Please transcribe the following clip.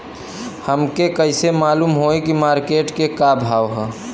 हमके कइसे मालूम होई की मार्केट के का भाव ह?